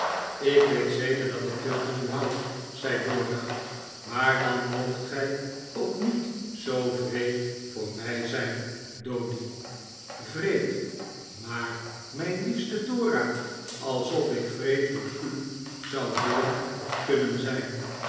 ik weet zeker dat ik veel van u houd zei dora maar dan moogt gij ook niet zoo wreed voor mij zijn doady wreed maar mijn liefste dora alsof ik wreed voor u zou willen of kunnen zijn